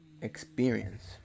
experience